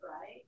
right